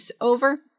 over